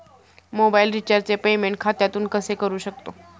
Mobile रिचार्जचे payment खात्यातून कसे करू शकतो?